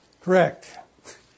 Correct